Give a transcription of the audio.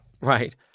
Right